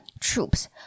troops